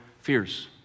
fears